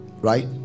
right